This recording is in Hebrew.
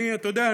אתה יודע,